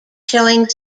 showing